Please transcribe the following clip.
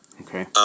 Okay